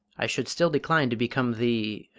i should still decline to become the